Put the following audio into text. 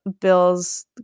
Bill's